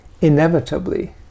inevitably